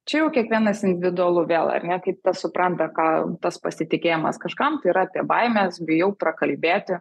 čia jau kiekvienas individualu vėl ar ne kaip tas supranta ką tas pasitikėjimas kažkam yra apie baimes bijau prakalbėti